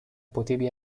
potevi